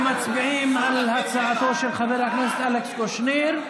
אנחנו מצביעים על הצעתו של חבר הכנסת אלכס קושניר,